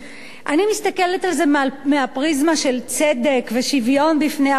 אני מסתכלת על זה מהפריזמה של צדק ושוויון בפני החוק,